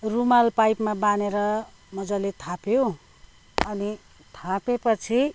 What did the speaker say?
रुमाल पाइपमा बाँधेर मजाले थाप्यो अनि थापे पछि